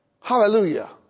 Hallelujah